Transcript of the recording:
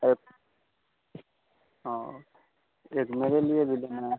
अरे और एक मेरे लिए भी लेना है